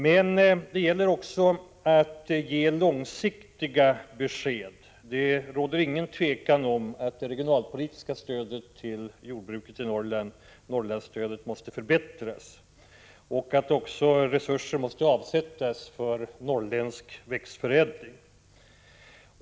Men det gäller också att ge långsiktiga besked. Det råder inget tvivel om att det regionalpolitiska stödet till jordbruket i Norrland — Norrlandsstödet — måste förbättras och att resurser måste avsättas för norrländsk växtförädling.